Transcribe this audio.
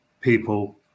people